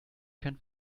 can